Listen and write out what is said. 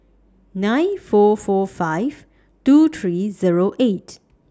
nine four four five two three Zero eight